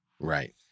right